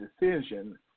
decision